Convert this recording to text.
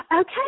Okay